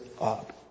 up